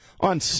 On